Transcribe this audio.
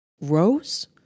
Rose